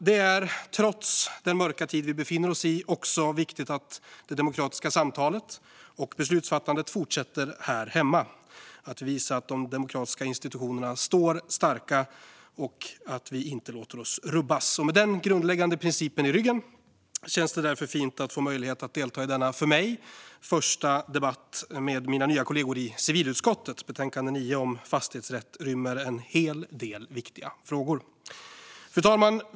Det är, trots den mörka tid vi befinner oss i, också viktigt att det demokratiska samtalet och beslutsfattandet fortsätter här hemma, att vi visar att de demokratiska institutionerna står starka och att vi inte låter oss rubbas. Med den grundläggande principen i ryggen känns det därför fint att få möjlighet att delta i denna, för mig, första debatt med mina nya kollegor i civilutskottet. Betänkande 9 om fastighetsrätt rymmer en hel del viktiga frågor. Fru talman!